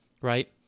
Right